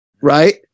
Right